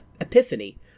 epiphany